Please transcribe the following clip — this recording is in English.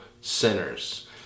sinners